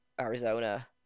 Arizona